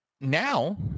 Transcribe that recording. now